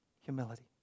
humility